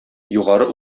югары